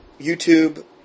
YouTube